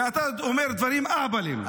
ואתה אומר דברים אהבלים.